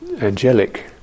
angelic